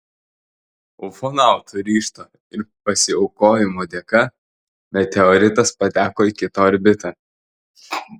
ufonautų ryžto ir pasiaukojimo dėka meteoritas pateko į kitą orbitą